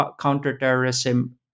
Counterterrorism